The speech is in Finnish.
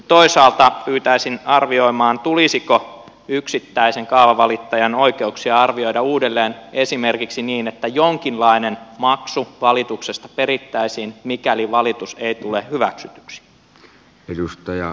toisaalta pyytäisin arvioimaan tulisiko yksittäisen kaavavalittajan oikeuksia arvioida uudelleen esimerkiksi niin että jonkinlainen maksu valituksesta perittäisiin mikäli valitus ei tule hyväksytyksi